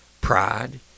Pride